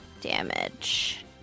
damage